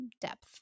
depth